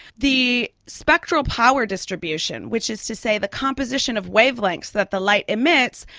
the spectral power distribution, which is to say the composition of wavelengths that the light emits,